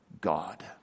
God